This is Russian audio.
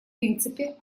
принципе